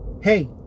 Hey